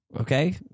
okay